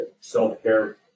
self-care